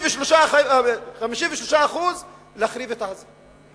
ו-53% להחריב את עזה.